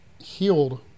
healed